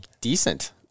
decent